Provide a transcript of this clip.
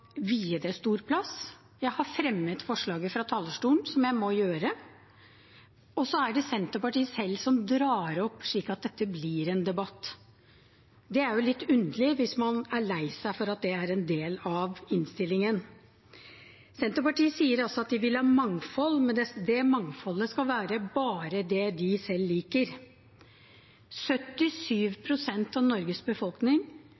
stor plass. Jeg har fremmet forslaget fra talerstolen, som jeg må gjøre. Det er Senterpartiet selv som drar opp slik at dette blir en debatt. Det er jo litt underlig hvis man er lei seg for at det er en del av innstillingen. Senterpartiet sier at de vil ha mangfold, men det mangfoldet skal være bare det de selv liker. 77 pst. av Norges befolkning